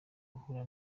yahuye